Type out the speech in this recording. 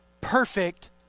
perfect